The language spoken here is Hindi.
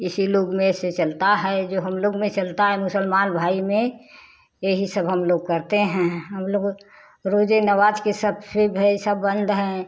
इसी लोग में से चलता है जो हम लोग में चलता है मुसलमान भाई में यही सब हम लोग करते हैं हम लोग रोजे नमाज़ के सब भए सब बंद हैं